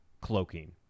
cloaking